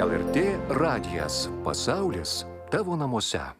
el er tė radijas pasaulis tavo namuose